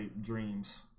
dreams